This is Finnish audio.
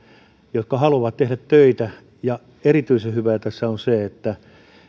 jotka haluavat tehdä töitä ja erityisen hyvää tässä on se että